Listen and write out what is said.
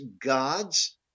gods